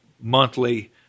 monthly